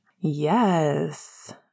Yes